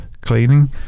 cleaning